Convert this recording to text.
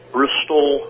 Bristol